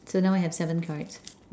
so now we have seven cards